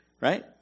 Right